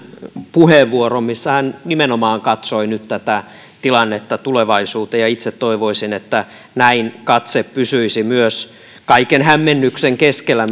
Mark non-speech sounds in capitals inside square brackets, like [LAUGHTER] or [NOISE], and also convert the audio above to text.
puheenvuoron missä hän nimenomaan katsoi nyt tätä tilannetta tulevaisuuteen ja itse toivoisin että näin katse pysyisi kaiken hämmennyksen keskellä [UNINTELLIGIBLE]